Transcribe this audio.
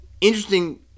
interesting